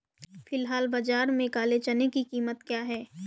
फ़िलहाल बाज़ार में काले चने की कीमत क्या है?